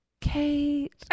Kate